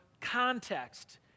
context